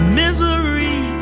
misery